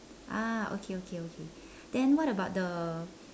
ah okay okay okay then what about the